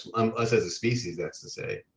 um us as a species that's the say,